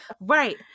right